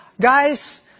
Guys